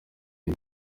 iyi